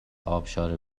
ابشار